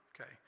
okay